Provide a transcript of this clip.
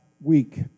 week